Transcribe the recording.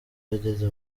ageze